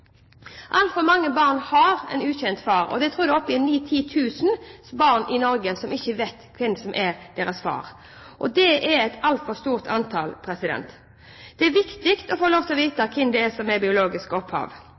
Altfor mange barn har en ukjent far. Jeg tror det er 9 000–10 000 barn i Norge som ikke vet hvem som er deres far. Det er et altfor stort antall. Det er viktig å få lov til å vite hvem som er biologisk opphav.